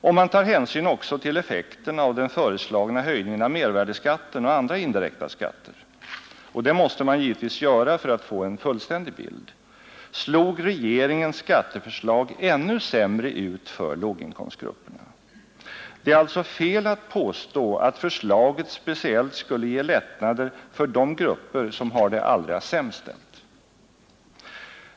Om man tar hänsyn också till effekterna av den föreslagna höjningen av mervärdeskatten och av andra indirekta skatter — och det måste man givetvis göra för att få en fullständig bild — slog regeringens skatteförslag ännu sämre för låginkomstgrupperna. Det är alltså fel att påstå att förslaget speciellt skulle ge lättnader för de grupper som har det allra sämst ställt.